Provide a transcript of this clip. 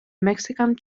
mexican